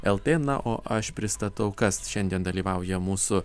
lt na o aš pristatau kas šiandien dalyvauja mūsų